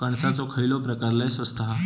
कणसाचो खयलो प्रकार लय स्वस्त हा?